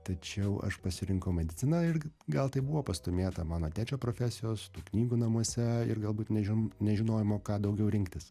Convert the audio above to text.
tačiau aš pasirinkau mediciną ir gal tai buvo pastūmėta mano tėčio profesijos tų knygų namuose ir galbūt nežim nežinojimo ką daugiau rinktis